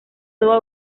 toda